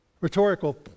Rhetorical